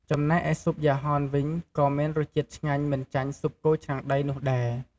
ចំំណែកឯស៊ុបយ៉ាហនវិញក៏មានរសជាតិឆ្ងាញ់មិនចាញ់ស៊ុបគោឆ្នាំងដីនោះដែរ។